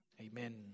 Amen